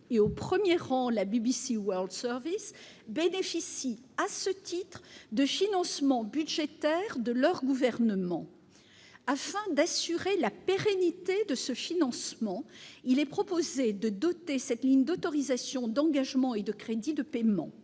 desquels figure la BBC World Service, bénéficient, à ce titre, de financements budgétaires de leur gouvernement. Afin d'assurer la pérennité de ce financement, il est proposé de doter cette ligne d'autorisations d'engagement et de crédits de paiement.